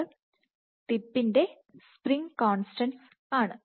ഇവിടെ k എന്നത് ടിപ്പിന്റെ സ്പ്രിംഗ് കോൺസ്റ്റൻസ് ആണ്